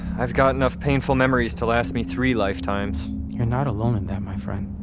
i've got enough painful memories to last me three lifetimes you're not alone in that, my friend